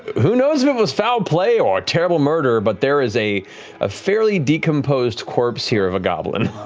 who knows if it was foul play or a terrible murder, but there is a a fairly decomposed corpse here of a goblin.